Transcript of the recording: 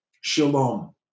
shalom